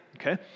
Okay